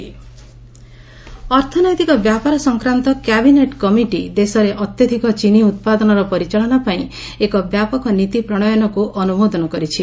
CCEA ଅର୍ଥନୈତିକ ବ୍ୟାପାର ସଂକ୍ରାନ୍ତ କ୍ୟାବିନେଟ୍ କମିଟି ଦେଶରେ ଅତ୍ୟଧିକ ଚିନି ଉତ୍ପାଦନର ପରିଚାଳନା ପାଇଁ ଏକ ବ୍ୟାପକ ନୀତି ପ୍ରଶୟନକ୍ ଅନୁମୋଦନ କରିଛି